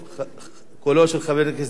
קולו של חבר הכנסת דודו רותם,